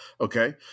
okay